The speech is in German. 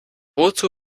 wozu